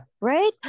Right